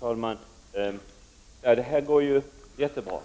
Herr talman! Det här går ju mycket bra.